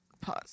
pause